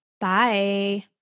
bye